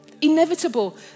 Inevitable